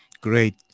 great